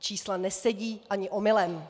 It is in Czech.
Čísla nesedí ani omylem.